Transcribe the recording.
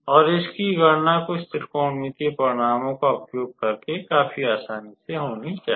और इस की गणना कुछ त्रिकोणमितीय परिणामों का उपयोग करके काफी आसान होनी चाहिए